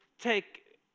take